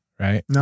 right